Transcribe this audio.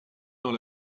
dans